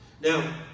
Now